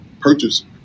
purchase